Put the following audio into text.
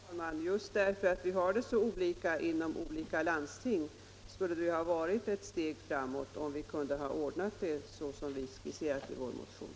Herr talman! Just därför att förhållandena är så olika inom olika landsting skulle det vara ett steg framåt om man hade kunnat ordna det så som vi skisserat i vår motion.